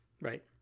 right